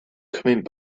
coming